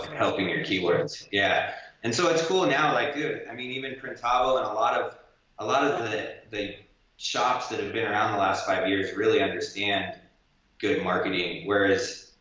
helping your keywords. yeah and so it's cool and now. like dude, i mean even printavo and a lot of lot of the the shops that have and been around the last five years really understand good marketing. whereas